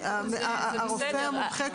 זה בסדר,